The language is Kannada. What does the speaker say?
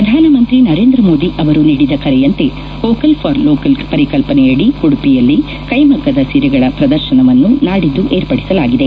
ಪ್ರಧಾನಮಂತ್ರಿ ನರೇಂದ್ರ ಮೋದಿ ಅವರು ನೀಡಿದ ಕರೆಯಂತೆ ವೋಕಲ್ ಫಾರ್ ಲೋಕಲ್ ಪರಿಕಲ್ಪನೆಯಡಿ ಉಡುಪಿಯಲ್ಲಿ ಕೈಮಗ್ಗದ ಸೀರೆಗಳ ಪ್ರದರ್ಶನವನ್ನು ನಾಡಿದ್ದು ಏರ್ಪಡಿಸಲಾಗಿದೆ